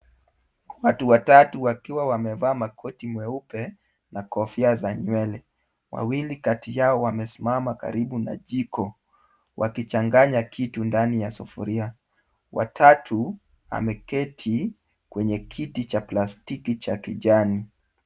Watu watatu wakiwa wamevalia makoti meupe na kofia za nywele. Wawili kati yao wamesimama karibu na jiko wakichanganya kitu ndani ya sufuria. Watatu ameketi kwenye kiti cha plastiki cha kijani.